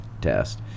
test